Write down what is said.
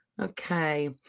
Okay